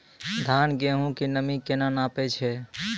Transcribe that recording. धान, गेहूँ के नमी केना नापै छै?